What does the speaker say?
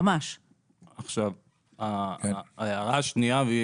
ההערה השנייה.